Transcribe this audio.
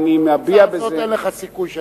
אין לך סיכוי שאני,